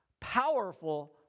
powerful